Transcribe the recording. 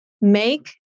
make